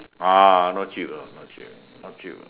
ah not cheap ah not cheap not cheap